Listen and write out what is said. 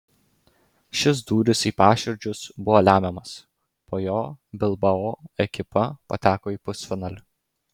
šis dūris į paširdžius buvo lemiamas po jo bilbao ekipa pateko į pusfinalį